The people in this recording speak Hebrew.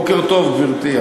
בוקר טוב, גברתי.